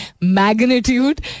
magnitude